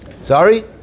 Sorry